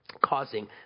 causing